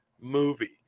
movie